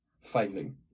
failing